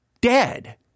dead